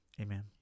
Amen